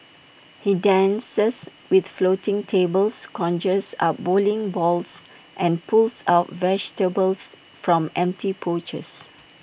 he dances with floating tables conjures up bowling balls and pulls out vegetables from empty pouches